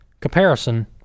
comparison